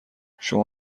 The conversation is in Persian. شما